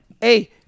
Hey